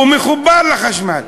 הוא מחובר לחשמל.